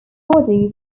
body